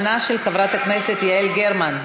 כעת זמנה של חברת הכנסת יעל גרמן.